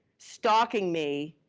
stalking me